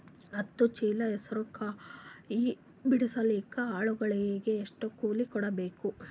ಹತ್ತು ಚೀಲ ಹೆಸರು ಕಾಯಿ ಬಿಡಸಲಿಕ ಆಳಗಳಿಗೆ ಎಷ್ಟು ಕೂಲಿ ಕೊಡಬೇಕು?